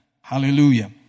Hallelujah